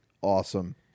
awesome